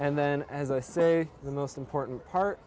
and then as i say the most important part